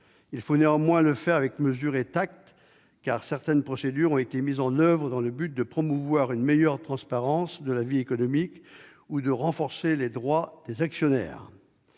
Il faut néanmoins le faire avec mesure et avec tact, car certaines procédures ont été mises en oeuvre dans le but de promouvoir une meilleure transparence de la vie économique ou de renforcer les droits des actionnaires.